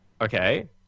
okay